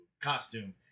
costume